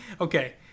Okay